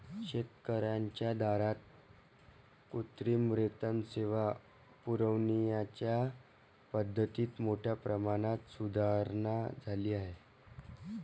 शेतकर्यांच्या दारात कृत्रिम रेतन सेवा पुरविण्याच्या पद्धतीत मोठ्या प्रमाणात सुधारणा झाली आहे